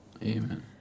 Amen